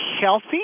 healthy